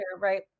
right